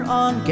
on